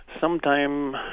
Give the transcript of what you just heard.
sometime